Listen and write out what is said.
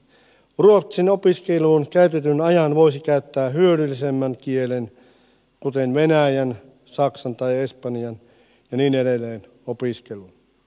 ruotsin opiskeluun käytetyn ajan voisi käyttää hyödyllisemmän kielen kuten venäjän saksan tai espanjan ja niin edelleen opiskeluun